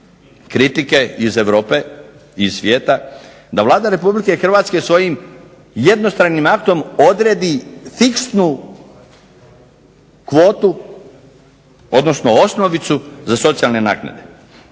kritike iz Europe i svijeta da Vlada Republike Hrvatske svojim jednostranim aktom odredi fiksnu kvotu, odnosno osnovicu za socijalne naknade.